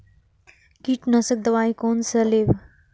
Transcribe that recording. कीट नाशक दवाई कोन सा लेब?